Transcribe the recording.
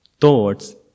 thoughts